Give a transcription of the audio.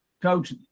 Coach